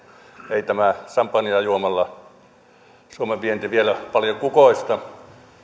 ei suomen vienti samppanjaa juomalla vielä paljon kukoista